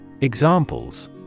Examples